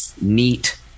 neat